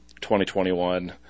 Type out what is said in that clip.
2021